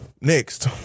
Next